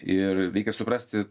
ir reikia suprasti